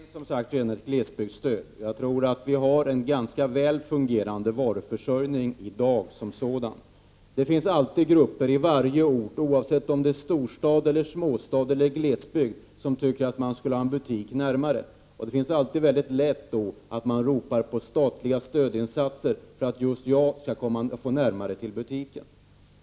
Fru talman! Det finns som sagt redan ett glesbygdsstöd. Jag tror att vi har en ganska väl fungerande varuförsörjning i dag. Det finns alltid grupper på varje ort, oavsett om det är storstad, småstad eller glesbygd, som tycker att man skall ha en butik närmare hemmet. Det är då väldigt lätt hänt att man kräver statliga stödinsatser för att man skall få närmare till butiken.